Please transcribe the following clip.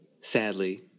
sadly